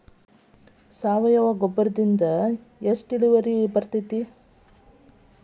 ಸಾವಯವ ಗೊಬ್ಬರದಿಂದ ಎಷ್ಟ ಇಳುವರಿ ಪಡಿಬಹುದ?